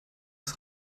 ist